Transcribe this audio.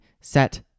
set